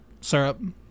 Syrup